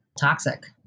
toxic